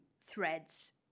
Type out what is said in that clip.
threads